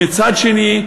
ומצד שני,